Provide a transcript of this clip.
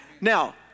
Now